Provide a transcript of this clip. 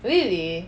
really